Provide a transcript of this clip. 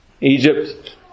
Egypt